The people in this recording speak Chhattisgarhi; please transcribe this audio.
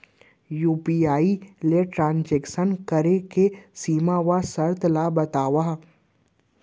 यू.पी.आई ले ट्रांजेक्शन करे के सीमा व शर्त ला बतावव?